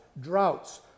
droughts